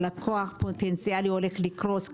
הלקוח הפוטנציאלי הולך לקרוס,